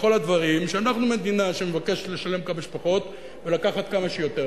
לכל הדברים היא שאנחנו מדינה שמבקשת לשלם כמה שפחות ולקחת כמה שיותר.